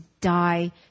die